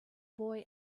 boy